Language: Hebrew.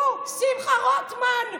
הוא, שמחה רוטמן,